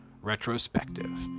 Retrospective